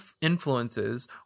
influences